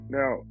now